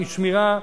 עם שמירה,